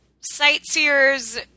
Sightseers